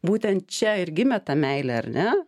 būtent čia ir gimė ta meilė ar ne